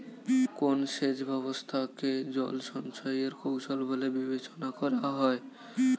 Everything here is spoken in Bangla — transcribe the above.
কোন সেচ ব্যবস্থা কে জল সঞ্চয় এর কৌশল বলে বিবেচনা করা হয়?